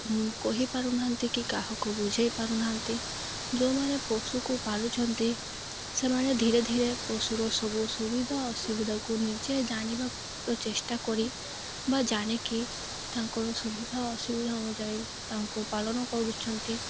କହିପାରୁନାହାନ୍ତି କି କାହାକୁ ବୁଝେଇ ପାରୁନାହାନ୍ତି ଯେଉଁମାନେ ପଶୁକୁ ପାଳୁଛନ୍ତି ସେମାନେ ଧୀରେ ଧୀରେ ପଶୁର ସବୁ ସୁବିଧା ଅସୁବିଧାକୁ ନିଜେ ଜାଣିବାକୁ ଚେଷ୍ଟା କରି ବା ଜାଣିକି ତାଙ୍କର ସୁବିଧା ଅସୁବିଧା ଅନୁଯାୟୀ ତାଙ୍କୁ ପାଳନ କରୁଛନ୍ତି